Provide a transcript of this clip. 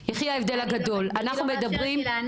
אנחנו מדברים --- את לא מאפשרת לי לענות,